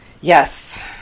Yes